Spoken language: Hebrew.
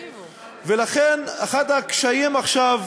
ולכן, אחד הקשיים, עכשיו,